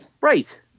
right